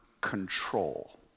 control